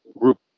group